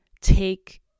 take